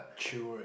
chill right